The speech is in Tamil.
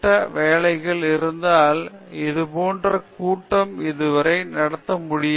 பேராசிரியர் பிரதாப் ஹரிதாஸ் எங்களுக்கு வேறு திட்டமிட்ட வேலைகள் இருந்ததால் இதுபோன்ற கூட்டம் இதுவரை நடத்த முடியவில்லை